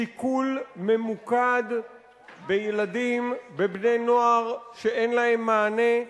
סיכול ממוקד בילדים ובני-נוער שאין להם מענה.